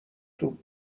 توپ